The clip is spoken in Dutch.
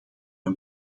een